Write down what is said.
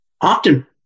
often